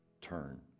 Turn